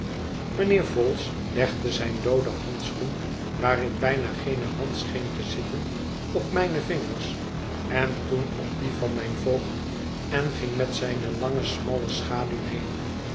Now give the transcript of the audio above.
mijnheer vholes legde zijn dooden handschoen waarin bijna geene hand scheen te zitten op mijne vingers en toen op die van mijn voogd en ging met zijne lange smalle schaduw heen